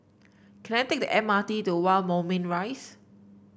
can I take the M R T to One Moulmein Rise